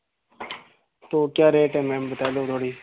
तो क्या रेट है मैम बता दो थोड़ी